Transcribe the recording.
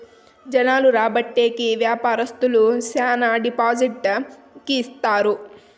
జనాలు రాబట్టే కి వ్యాపారస్తులు శ్యానా డిస్కౌంట్ కి ఇత్తారు